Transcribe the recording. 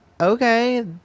okay